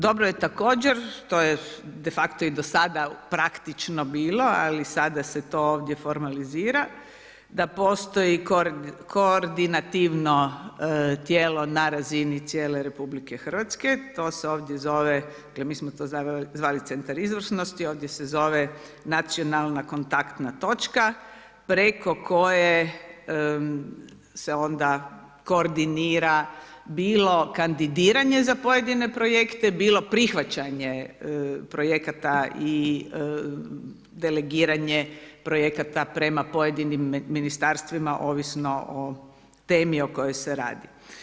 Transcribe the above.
Dobro je također, to je de facto i do sada praktično bilo ali sada se to ovdje formalizira da postoji koordinativno tijelo na razini cijele RH, to se ovdje zove, dakle mi smo to zvali centar izvrsnosti, ovdje se zove nacionalna kontaktna točka preko koje se onda koordinira, bilo kandidiranje za pojedine projekte, bilo prihvaćanje projekata i delegiranje projekata prema pojedinim ministarstvima ovisno o temi o kojoj se radi.